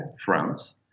France